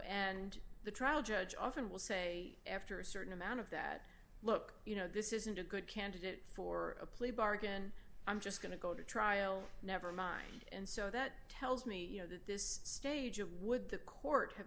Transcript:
and the trial judge often will say after a certain amount of that look you know this isn't a good candidate for a plea bargain i'm just going to go to trial never mind and so that tells me you know that this stage of would the court